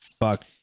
Fuck